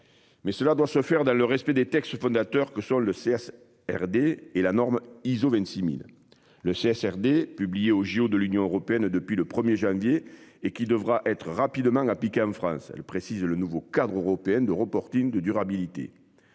Mais cela doit se faire dans le respect des textes fondateurs que sont le. RD et la norme ISO 26.000, le CHRD publié au JO de l'Union européenne depuis le 1er janvier et qui devra être rapidement a piqué en France. Elle précise le nouveau cadre européenne de reporting de durabilité.